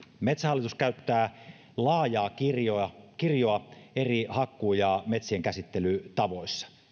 metsähallitus käyttää laajaa kirjoa kirjoa eri hakkuu ja metsienkäsittelytapoja